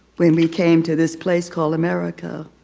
when we came to this place called america,